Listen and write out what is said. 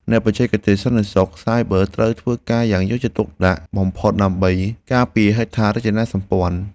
អ្នកបច្ចេកទេសសន្តិសុខសាយប័រត្រូវធ្វើការងារយ៉ាងយកចិត្តទុកដាក់បំផុតដើម្បីការពារហេដ្ឋារចនាសម្ព័ន្ធ។